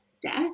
death